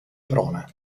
prona